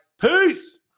peace